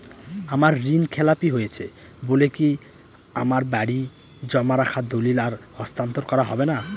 আমার ঋণ খেলাপি হয়েছে বলে কি আমার বাড়ির জমা রাখা দলিল আর হস্তান্তর করা হবে না?